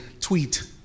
tweet